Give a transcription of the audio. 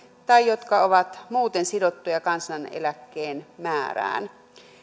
tai jotka ovat muuten sidottuja kansaneläkkeen määrään